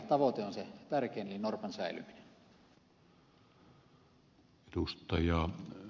tavoite on se tärkein eli norpan säilyminen